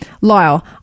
Lyle